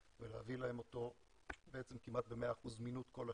ולהביא להם אותו כמעט ב-100% זמינות כל השנה.